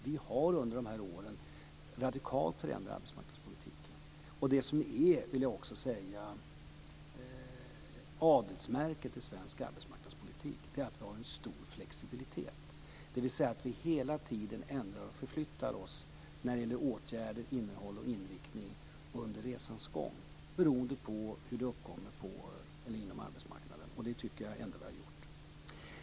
Vi har under dessa år radikalt förändrat arbetsmarknadspolitiken. Det som är adelsmärket i svensk arbetsmarknadspolitik är att vi har en stor flexibilitet, dvs. att vi hela tiden ändrar och förflyttar oss när det gäller åtgärder, innehåll och inriktning under resans gång, beroende på hur det uppkommer på arbetsmarknaden. Det tycker jag att vi har gjort.